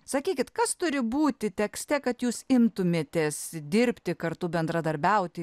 sakykit kas turi būti tekste kad jūs imtumėtės dirbti kartu bendradarbiauti